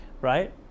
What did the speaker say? right